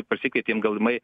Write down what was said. pasikvietėm galimai